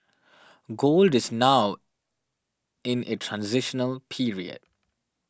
gold is now in a transitional period